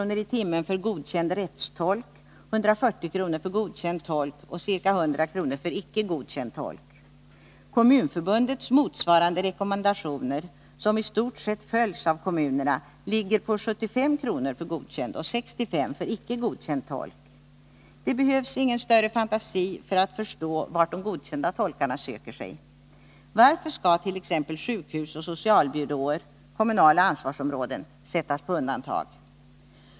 per timme för godkänd rättstolk, 140 kr. för godkänd tolk och ca 100 kr. för icke godkänd tolk. Kommunförbundets motsvarande rekommendationer, som i stort sett följs av kommunerna, ligger på 75 kr. för godkänd och 65 kr. för icke godkänd tolk. Det behövs ingen större fantasi för att förstå vart de godkända tolkarna söker sig. Varför skall t.ex. sjukhus och socialbyråer — kommunala ansvarsområden — sättas på undantag?